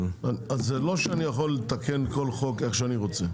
זה לא שאני יכול לתקן כל חוק איך שאני רוצה.